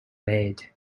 made